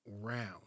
round